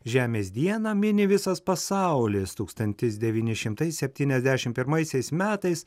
žemės dieną mini visas pasaulis tūkstantis devyni šimtai septyniasdešim pirmaisiais metais